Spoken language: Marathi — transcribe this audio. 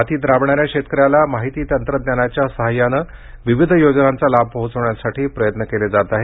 मातीत राबणाऱ्या शेतकऱ्याला माहिती तंत्रज्ञानाच्या सहाय्याने विविध योजनांचा लाभ पोहोचविण्यासाठी प्रयत्न केले जात आहेत